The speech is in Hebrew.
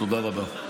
תודה רבה.